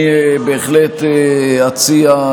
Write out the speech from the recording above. אני בהחלט אציע,